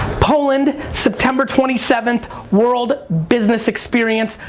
poland, september twenty seventh. world business experience.